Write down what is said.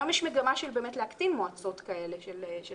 היום יש מגמה של להקטין מועצות, בכאלה תאגידים.